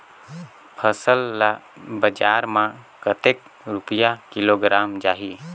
फसल ला बजार मां कतेक रुपिया किलोग्राम जाही?